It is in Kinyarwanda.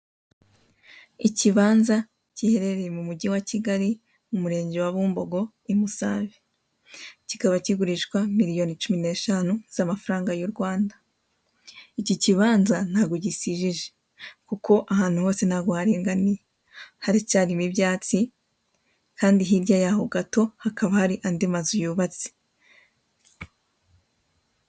Ikibanza giherereye mu mujyi wa kigali umurenge wa bumbogo I Musave kikaba kigurishwa miliyoni cumi n'eshanu z'amafaranga yu Rwanda, iki kibanza ntago gisijije kuko ahantu hose ntago hariganiye haracyarimo ibyatsi kandi hirya gato hakaba hari andi mazu yubatse.